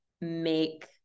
make